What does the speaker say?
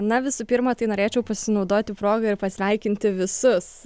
na visų pirma tai norėčiau pasinaudoti proga ir pasveikinti visus